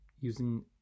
using